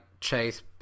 chase